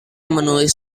menulis